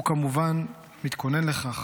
הוא כמובן מתכונן לכך.